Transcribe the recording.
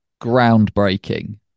groundbreaking